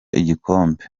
igikombe